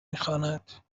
میخواند